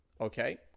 okay